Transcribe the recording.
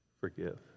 forgive